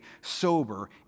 sober